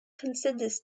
considers